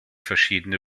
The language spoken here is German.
verschiedene